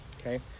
Okay